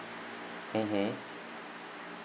mmhmm